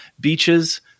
beaches